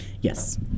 Yes